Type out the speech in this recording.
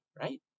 right